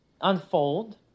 unfold